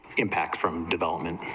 impact from development